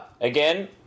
Again